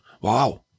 Wow